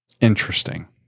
Interesting